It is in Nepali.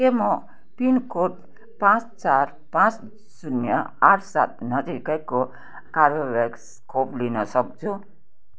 के म पिनकोड पाँच चार पाँच शून्य आठ सात नजिकैको कर्बिभ्याक्स खोप लिन सक्छु